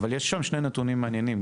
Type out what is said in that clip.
יש שם שני נתוני מעניינים.